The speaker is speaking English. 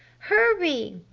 hurry!